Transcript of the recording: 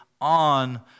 on